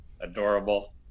adorable